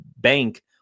bank